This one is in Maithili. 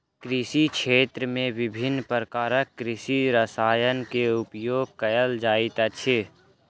कृषि क्षेत्र में विभिन्न प्रकारक कृषि रसायन के उपयोग कयल जाइत अछि